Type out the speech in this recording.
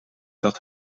dat